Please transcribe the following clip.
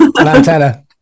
Antenna